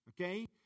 Okay